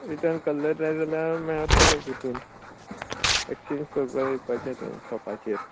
return कल्लर जाय जाल्यार मेळतोलो पोरतून एक्सचेंज कोरपाक येवपाचें थंय शॉपाचेर